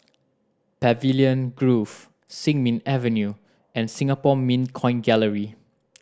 Pavilion Grove Sin Ming Avenue and Singapore Mint Coin Gallery